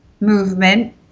movement